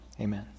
amen